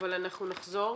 אבל אנחנו נחזור